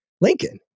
Lincoln